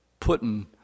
Putin